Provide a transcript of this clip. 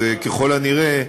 ככל הנראה,